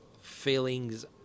feelings